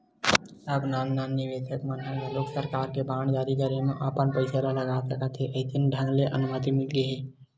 अब नान नान निवेसक मन ह घलोक सरकार के बांड जारी करे म अपन पइसा लगा सकत हे अइसन ढंग ले अनुमति मिलगे हे